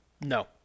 No